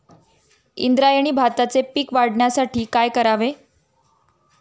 इंद्रायणी भाताचे पीक वाढण्यासाठी काय करावे?